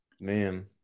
man